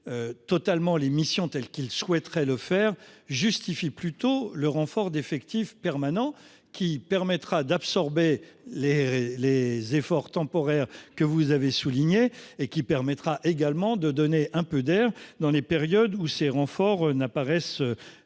Totalement les missions telles qu'il souhaiterait le faire justifie plutôt le renfort d'effectifs permanents qui permettra d'absorber les les efforts temporaire que vous avez souligné et qui permettra également de donner un peu d'air dans les périodes où ces renforts n'apparaissent. Vous